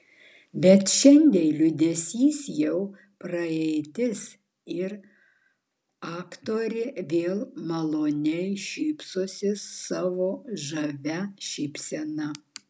bet šiandien liūdesys jau praeitis ir aktorė vėl maloniai šypsosi savo žavia šypsena